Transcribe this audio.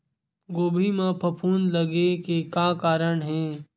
गोभी म फफूंद लगे के का कारण हे?